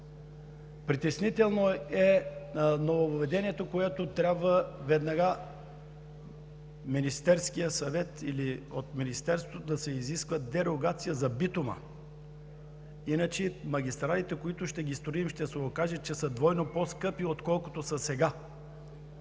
Притеснително е нововъведението, с което трябва веднага от Министерския съвет или от Министерството да се изисква дерогация за битума, иначе магистралите, които ще строим, ще се окажат двойно по-скъпи, отколкото са сега.